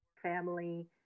Family